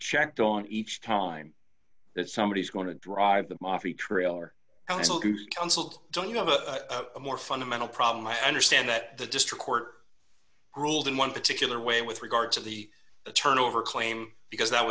checked on each time that somebody is going to drive them off the trail or canceled don't you know of a more fundamental problem i understand that the district court ruled in one particular way with regard to the turnover claim because that